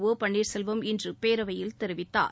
ஒ பன்னீர்செல்வம் இன்று பேரவையில் தெரிவித்தார்